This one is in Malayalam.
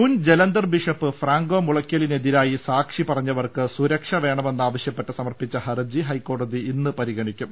മുൻ ജലന്ധർ ബിഷപ്പ് ഫ്രാങ്കോ മുളയ്ക്കലിനെതിരായി സാക്ഷി പറഞ്ഞവർക്ക് സുരക്ഷ വേണമെന്നാവശ്യപ്പെട്ട് സമർപ്പിച്ച ഹർജി ഹൈക്കോടതി ഇന്ന് പരിഗണിക്കും